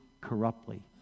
corruptly